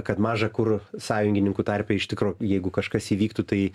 kad maža kur sąjungininkų tarpe iš tikro jeigu kažkas įvyktų tai